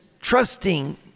trusting